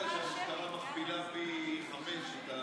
מי כמוהו יודע שהמשטרה מכפילה פי חמישה את,